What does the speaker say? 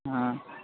ہاں